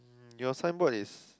your signboard is